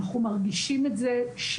אנחנו מרגישים את זה שנים.